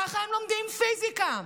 ככה הם לומדים פיזיקה.